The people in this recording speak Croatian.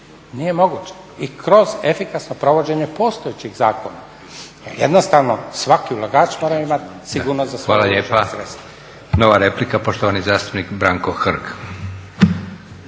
nije moguća, i kroz efikasno provođenje postojećih zakona, jer jednostavno svaki ulagač mora imati sigurnost za svoja uložena sredstva. **Leko, Josip (SDP)** Hvala lijepa. Nova replika poštovani zastupnik Branko Hrg.